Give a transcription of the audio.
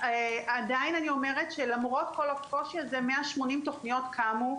עדיין אני אומרת שלמרות כל הקושי הזה 180 תוכניות קמו,